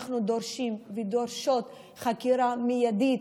אנחנו דורשים ודורשות חקירה מיידית,